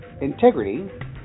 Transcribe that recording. integrity